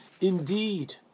Indeed